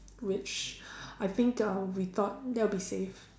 which I think uh we thought that would be safe